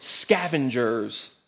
scavengers